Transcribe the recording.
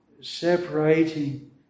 separating